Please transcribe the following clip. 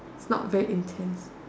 is not very intense